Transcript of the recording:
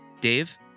Dave